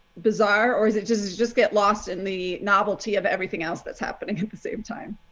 bizarre or is it just just get lost in the novelty of everything else that's happening at the same time?